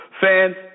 Fans